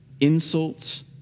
insults